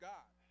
God